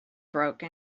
broke